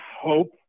hope